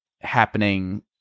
happening